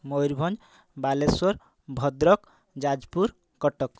Mayurbhanj Balasore Bhadrak Jajpur Cuttack